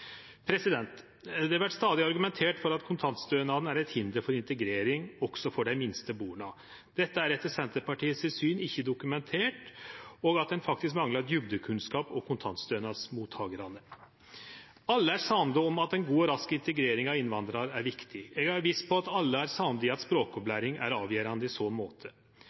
vert stadig argumentert med at kontantstønaden er eit hinder for integrering også for dei minste barna. Dette er etter Senterpartiet sitt syn ikkje dokumentert, og ein manglar faktisk djupnekunnskap om mottakarane av kontantstønaden. Alle er samde om at god og rask integrering av innvandrarar er viktig. Eg er viss på at alle er samde i at språkopplæring er avgjerande i så måte.